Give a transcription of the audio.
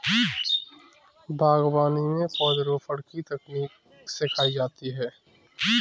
बागवानी में पौधरोपण की तकनीक सिखाई जाती है